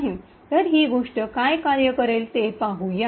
तर ही गोष्ट का कार्य करेल ते पाहूया